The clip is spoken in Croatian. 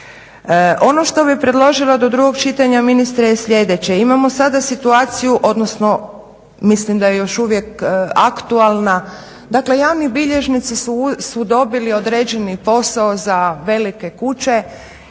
Ono što bih predložila do drugog čitanja ministre je sljedeće. Imamo sada situaciju, odnosno mislim da je još uvijek aktualna, dakle javni bilježnici su dobili određeni posao za velike kuće